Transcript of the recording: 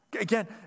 Again